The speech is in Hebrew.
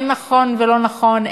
אין נכון ולא נכון,